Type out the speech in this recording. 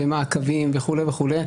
מעקבים וכו' וכו'.